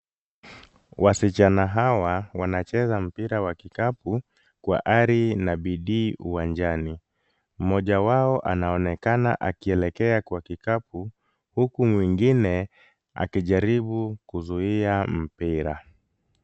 Wasichana hawa wanacheza mpira wa kikapu kwa ari na bidii uwanjani. Mmoja wao anaonekana akielekea kwa kikapu, huku mwingine akijaribu kuzuia mpira.